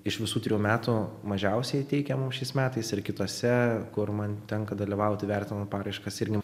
iš visų trijų metų mažiausiai teikiamų šiais metais ir kitose kur man tenka dalyvauti vertinant paraiškas irgi